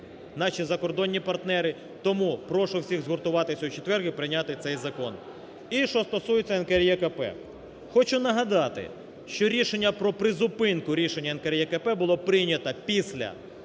наші закордонні партнери, тому прошу всіх згуртуватись у четвер і прийняти цей закон. І що стосується НКРЕКП. Хочу нагадати, що рішення про призупинку рішення НКРЕКП було прийняте після